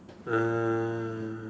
uh